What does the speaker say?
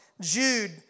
Jude